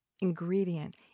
ingredient